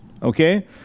Okay